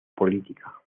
política